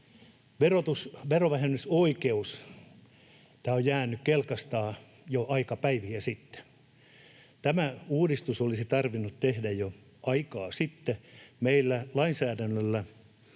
verovähennysoikeus on jäänyt kelkasta jo aikapäiviä sitten. Tämä uudistus olisi tarvinnut tehdä jo aikaa sitten. Meillä lainsäädännöllä